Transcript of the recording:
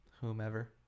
whomever